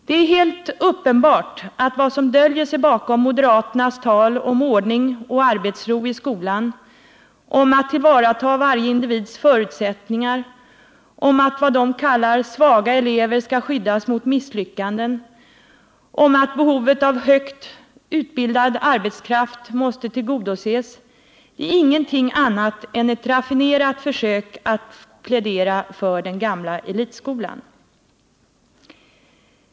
Det är helt uppenbart att vad som döljer sig bakom moderaternas tal om ordning och arbetsro i skolan, om att tillvarata varje individs förutsättningar, om att vad de kallar svaga elever skall skyddas mot misslyckanden, om att behovet av högt utbildad arbetskraft måste tillgodoses, ingenting annat är än ett raffinerat försök att plädera för den gamla elitskolan.